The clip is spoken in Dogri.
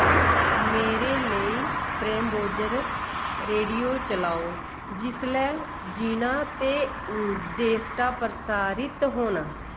मेरे लेई प्रैमबोर्ज रेडियो चलाओ जिसलै जीना ते डेस्टा प्रसारत होन